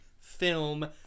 film